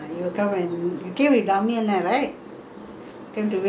shamini அண்ண கூட ஒரு நாள்:anna kooda oru naal late டா ஆயிட்டு:taa aayittu school கு:ku